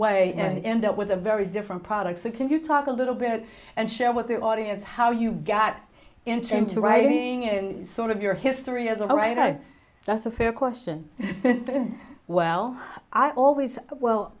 way and end up with a very different product so can you talk a little bit and share with the audience how you got into writing and sort of your history as a writer that's a fair question well i always well